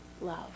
love